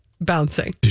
bouncing